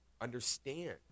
understand